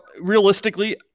realistically